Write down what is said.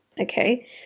okay